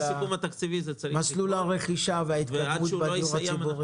מסלול הרכישה וההתקדמות בדיור הציבורי.